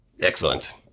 Excellent